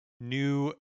new